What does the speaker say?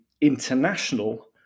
international